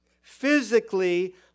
physically